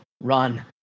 run